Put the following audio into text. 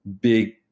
Big